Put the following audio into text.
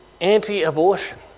anti-abortion